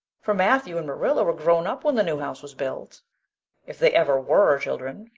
for matthew and marilla were grown up when the new house was built if they ever were children,